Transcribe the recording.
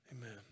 Amen